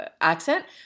accent